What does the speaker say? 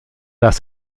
das